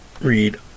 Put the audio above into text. read